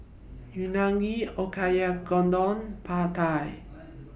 Unagi Oyakodon Pad Thai